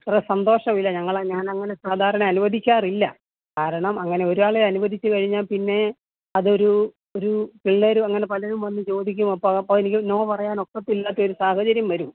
ഒരു സന്തോഷമാവില്ല ഞങ്ങള് ഞാനങ്ങനെ സാധാരണ അനുവദിക്കാറില്ല കാരണം അങ്ങനെ ഒരാളെ അനുവദിച്ചുകഴിഞ്ഞാല് പിന്നെ അതൊരു ഒരു പിള്ളേര് അങ്ങനെ പലരും വന്നു ചോദിക്കും അപ്പൊ അപ്പോള് എനിക്ക് നോ പറയാൻ ഒക്കത്തില്ലാത്തൊരു സാഹചര്യം വരും